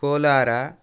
Kolar